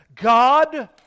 God